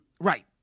Right